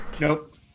Nope